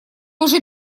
уже